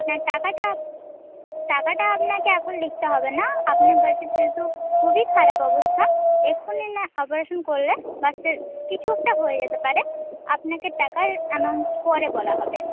না টাকাটা টাকাটা আপনাকে এখন লিখতে হবে না আপনার বাচ্চার যেহেতু খুবই খারাপ অবস্থা এক্ষুনি না অপারেশন করলে বাচ্চার কিছু একটা হয়ে যেতে পারে আপনাকে টাকার অ্যামাউন্ট পরে বলা হবে